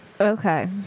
Okay